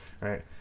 Right